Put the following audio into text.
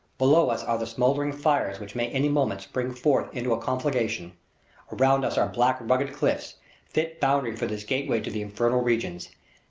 below us are the smouldering fires which may any moment spring forth into a conflagration around us are black, ragged cliffs fit boundary for this gateway to the infernal regions.